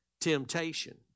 temptation